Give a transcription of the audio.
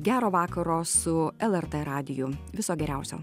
gero vakaro su lrt radiju viso geriausio